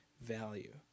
value